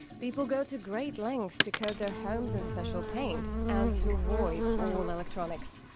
people go to great lengths to coat their homes in special paint, and to avoid all electronics.